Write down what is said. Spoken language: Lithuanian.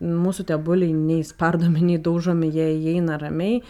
mūsų tie buliai nei spardomi nei daužomi jie įeina ramiai